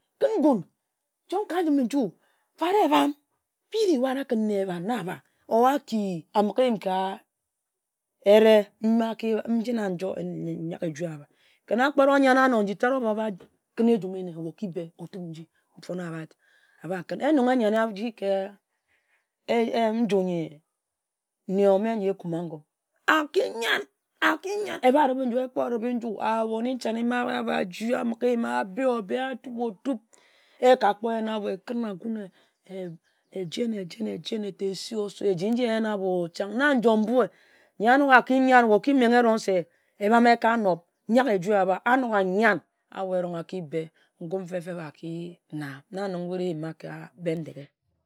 Kǝn ngun. Chong ka nji-eh nju fare ebam, biri whether kǝn nne ebhan na ahba a ki a mighe eyim ka er-re ma ki, nji na nyak-eju ahba. Kǝn akpet o yann anor nji-tat ohba oba kǝn ejum e nne, oki be, nfun-na ahba kǝn en nong eyanne a ji ka ee nju nyi nne omme yoh ekuma agoe, aki yan, a ki yan ekpor rib-be nju, ahboni channe ma ahbie ahba jue a mighe-eyim, abeo-be a tob-o-tob eh ka kpor yen ahbo ekǝn agun ee ejen, ejen, ejen esi osor eji ehyen ahbo-o chang na njom mbui nyi a nok a ki yan, oki menghe se ebam eka-nob, nyak egu ahba a nok a yan, ahbo-feb-feb aki be, ngum feb-feb ah na, na nong wut eyima ka Bindeghe.